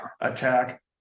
attack